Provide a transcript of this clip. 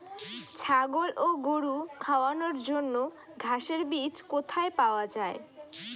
ছাগল ও গরু খাওয়ানোর জন্য ঘাসের বীজ কোথায় পাওয়া যায়?